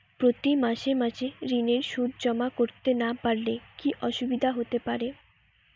প্রতি মাসে মাসে ঋণের সুদ জমা করতে না পারলে কি অসুবিধা হতে পারে?